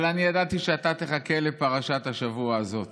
אבל אני ידעתי שאתה תחכה לפרשת השבוע הזאת,